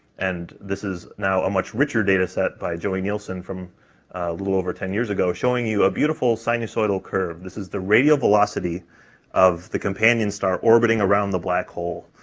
and this is now a much richer data set by joey nielsen from a little over ten years ago showing you a beautiful sinusoidal curve, this is the radial velocity of the companion star orbiting around the black hole.